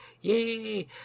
Yay